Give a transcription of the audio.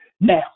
Now